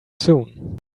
soon